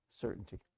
certainty